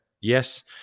yes